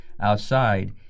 outside